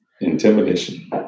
intimidation